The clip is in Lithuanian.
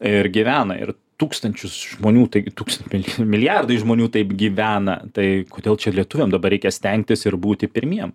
ir gyvena ir tūkstančius žmonių taigi tūks milijardai žmonių taip gyvena tai kodėl čia lietuviam dabar reikia stengtis ir būti pirmiem